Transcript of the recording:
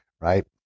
right